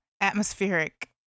Atmospheric